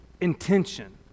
intention